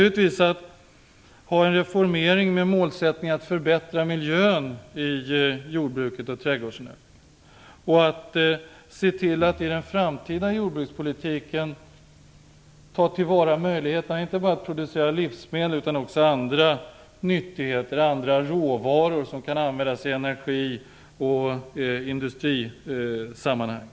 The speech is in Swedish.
Det gäller att få en reformering med målsättningen att förbättra miljön i jordbruket och trädgårdsnäringen och att se till att i den framtida jordbrukspolitiken ta till vara möjligheterna att inte bara producera livsmedel utan också andra nyttigheter och råvaror som kan användas i energi och industrisammanhang.